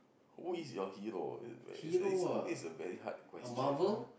who is your hero it's it's always a very hard question lah